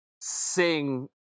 sing